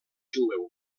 jueu